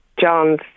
John's